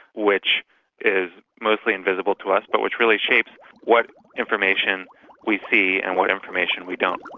which is mostly invisible to us but which really shapes what information we see and what information we don't.